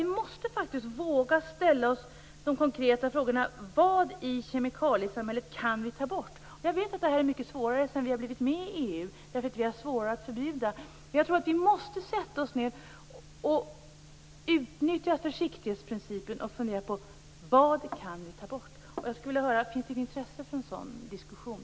Vi måste våga ställa oss de konkreta frågorna: Vad i kemikaliesamhället kan vi ta bort? Jag vet att det är mycket svårare sedan vi gick med i EU där det är svårare att förbjuda. Vi måste utnyttja försiktighetsprincipen, sätta oss ned och fundera på: Vad kan vi ta bort? Jag skulle vilja höra om det finns något intresse för en sådan diskussion.